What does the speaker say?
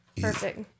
Perfect